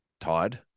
todd